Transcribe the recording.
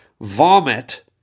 vomit